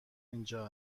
اینجا